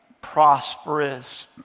prosperous